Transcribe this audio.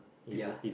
ya